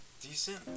decent